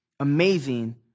amazing